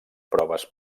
proves